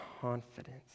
confidence